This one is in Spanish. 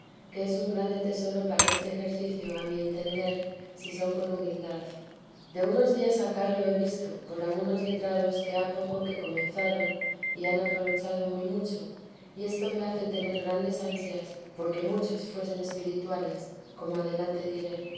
que es un grande tesoro para este ejercicio a mi parecer si son con humildad de unos días acá lo he visto por algunos letrados que ha poco que comenzaron y han aprovechado muy mucho y esto me hace tener grandes ansias porque muchos fuesen espirituales como adelante diré